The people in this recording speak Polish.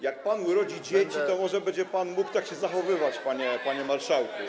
Jak pan urodzi dzieci, to może będzie pan mógł tak się zachowywać, panie marszałku.